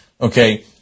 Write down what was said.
okay